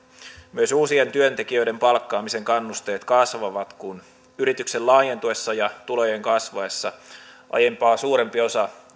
myös uusien työntekijöiden palkkaamisen kannusteet kasvavat kun yrityksen laajentuessa ja tulojen kasvaessa aiempaa suurempi osa